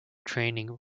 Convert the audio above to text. training